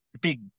big